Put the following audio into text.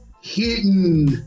hidden